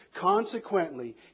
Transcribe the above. Consequently